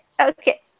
okay